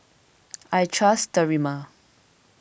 I trust Sterimar